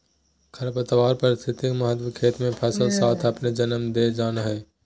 खरपतवार पारिस्थितिक महत्व खेत मे फसल साथ अपने जन्म जा हइ